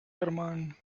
herman